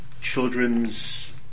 children's